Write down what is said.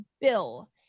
bill